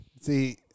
see